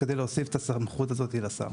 כדי להוסיף את הסמכות הזאת לשר.